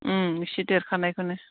उम एसे देरखानायखौनो